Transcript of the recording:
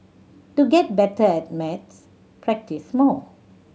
to get better at maths practise more